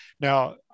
Now